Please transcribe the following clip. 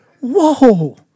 Whoa